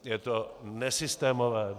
Je to nesystémové.